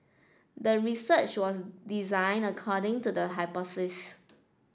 the research was designed according to the hypothesis